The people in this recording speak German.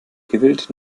gewillt